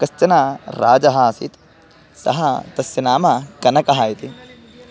कश्चन राजा आसीत् सः तस्य नाम कनकः इति